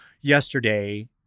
yesterday